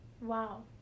wow